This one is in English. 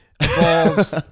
involves